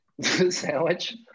Sandwich